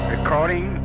Recording